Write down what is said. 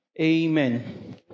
Amen